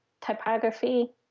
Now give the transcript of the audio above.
typography